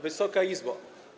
Wysoka Izbo!